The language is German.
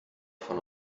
von